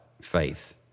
faith